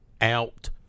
out